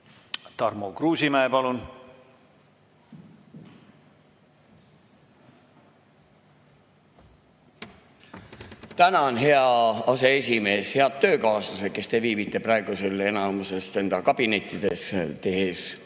Tarmo Kruusimäe, palun! Tänan, hea aseesimees! Head töökaaslased, kes te viibite praegu enamikus enda kabinettides, tehes